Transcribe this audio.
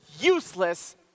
useless